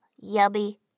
yummy